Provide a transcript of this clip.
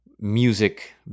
music